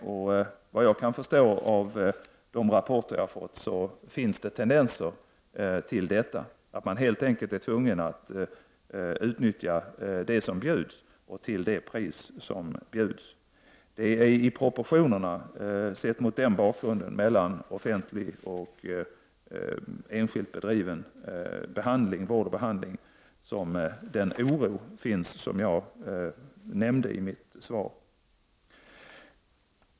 Och vad jag kan förstå av de rapporter jag fått så finns det tendenser till detta. Man är helt enkelt tvungen att utnyttja det som bjuds till det pris som begärs. Det är mot bakgrund av dessa proportioner mellan offentligt och enskilt bedriven vård och behandling som den oro finns som jag nämnde i mitt svar.